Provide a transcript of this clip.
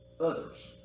others